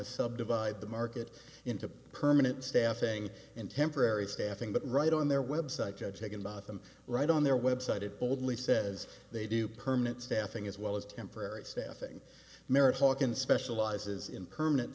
to subdivide the market into permanent staffing and temporary staffing but right on their website judge taken about them right on their website it boldly says they do permanent staffing as well as temporary staffing merit hawken specializes in permanent